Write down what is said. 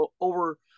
over